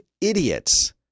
idiots